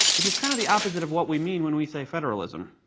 which is kind of the opposite of what we mean when we say federalism.